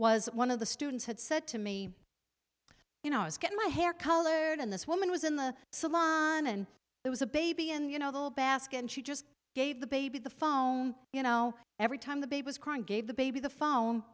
was one of the students had said to me you know i was getting my hair colored and this woman was in the salon and there was a baby and you know the basket and she just gave the baby the you know every time the baby was crying gave the baby the phone